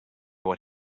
what